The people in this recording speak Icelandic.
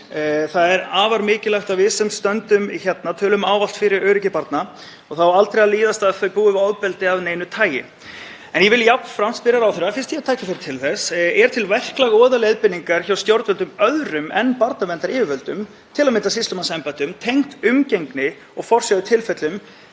Það er afar mikilvægt að við sem stöndum hér tölum ávallt fyrir öryggi barna og það á aldrei að líðast að þau búi við ofbeldi af neinu tagi. En ég vil spyrja ráðherra, fyrst ég hef tækifæri til þess: Er til verklag og/eða leiðbeiningar hjá stjórnvöldum, öðrum en barnaverndaryfirvöldum, til að mynda sýslumannsembættum, tengt umgengni og forsjá í tilfellum